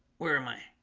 where am i?